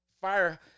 fire